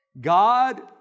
God